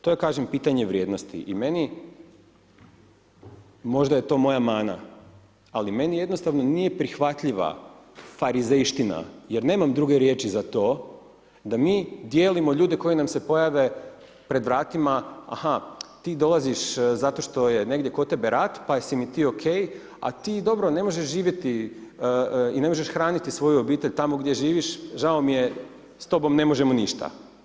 To je kažem, pitanje vrijednosti i meni, možda je to moja mana, ali meni jednostavno nije prihvatljiva farizejština jer nemam druge riječi za to da mi dijelimo ljude koji nam se pojave pred vratima, aha ti dolaziš zato što je negdje kod tebe rat pa si mi ti okej, a ti, dobro, ne možeš živjeti i ne možeš hraniti svoju obitelj tamo gdje živiš, žao mi je, s tobom ne možemo ništa.